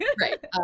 right